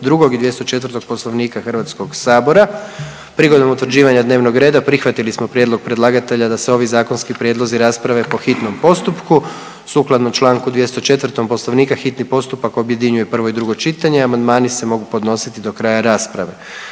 172. i 242. Poslovnika Hrvatskog sabora. Prigodom utvrđivanja dnevnog reda prihvatili smo prijedlog predlagatelja da se ovi zakonski prijedlozi rasprave po hitnom postupku, sukladno čl. 204. Poslovnika hitni postupak objedinjuje prvo i drugo čitanje, a amandmani se mogu podnositi do kraja rasprave.